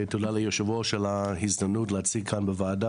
תודה ליו"ר על ההזדמנות להציג כאן בוועדה,